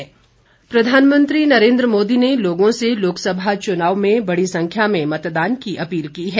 appeal प्रधानमंत्री नरेन्द्र मोदी ने लोगों से लोकसभा चुनाव में बड़ी संख्या में मतदान की अपील की है